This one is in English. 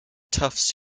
tufts